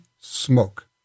smoke